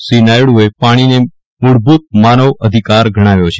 શ્રી નાયડુએ પાણીને મૂળભૂત માનવ અધિકાર ગણાવ્યો છે